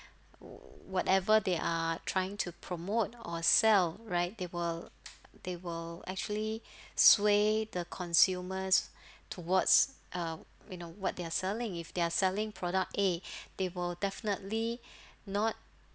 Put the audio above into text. whatever they are trying to promote or sell right they will they will actually sway the consumers towards uh you know what they're selling if they're selling product A they will definitely not